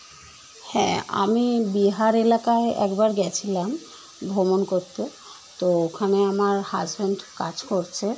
হ্যাঁ আমি বিহার এলাকায় একবার গিয়েছিলাম ভ্রমণ করতে তো ওখানে আমার হাসব্যান্ড কাজ করছে